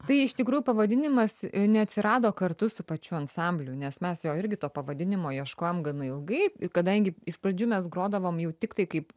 tai iš tikrųjų pavadinimas neatsirado kartu su pačiu ansambliu nes mes jo irgi to pavadinimo ieškojom gana ilgai kadangi iš pradžių mes grodavom jau tiktai kaip